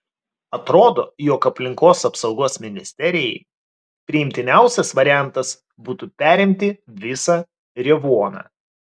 atrodo jog aplinkos apsaugos ministerijai priimtiniausias variantas būtų perimti visą revuoną